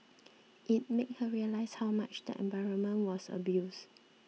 it made her realise how much the environment was abused